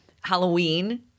Halloween